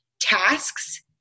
tasks